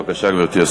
בבקשה, גברתי.